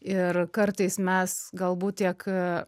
ir kartais mes galbūt tiek